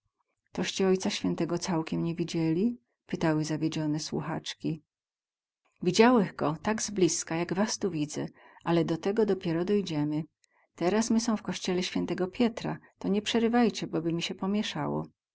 toście ojca świętego całkem nie widzieli pytały zawiedzione słuchaczki widziałech go tak z bliska jak was tu widzę ale do tego dopiero dojdziemy teraz my są w kościele świętego pietra to nie przerywajcie boby sie mi pomiesało